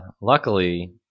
Luckily